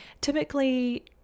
Typically